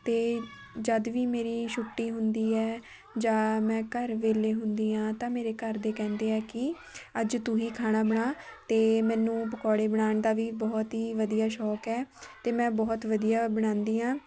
ਅਤੇ ਜਦ ਵੀ ਮੇਰੀ ਛੁੱਟੀ ਹੁੰਦੀ ਹੈ ਜਾਂ ਮੈਂ ਘਰ ਵੇਹਲੇ ਹੁੰਦੀ ਹਾਂ ਤਾਂ ਮੇਰੇ ਘਰਦੇ ਕਹਿੰਦੇ ਆ ਕਿ ਅੱਜ ਤੂੰ ਹੀ ਖਾਣਾ ਬਣਾ ਅਤੇ ਮੈਨੂੰ ਪਕੌੜੇ ਬਣਾਉਣ ਦਾ ਵੀ ਬਹੁਤ ਹੀ ਵਧੀਆ ਸ਼ੌਂਕ ਹੈ ਅਤੇ ਮੈਂ ਬਹੁਤ ਵਧੀਆ ਬਣਾਉਂਦੀ ਹਾਂ